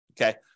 okay